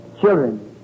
children